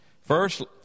First